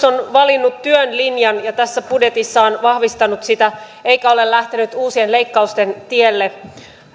on valinnut työn linjan ja tässä budjetissa on vahvistanut sitä eikä ole lähtenyt uusien leikkausten tielle